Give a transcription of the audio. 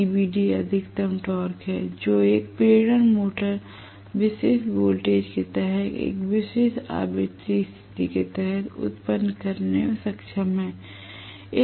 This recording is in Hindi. TBD अधिकतम टॉर्क है जो एक प्रेरण मोटर विशेष वोल्टेज के तहतएक विशेष आवृत्ति स्थिति के तहत उत्पन्न करने में सक्षम है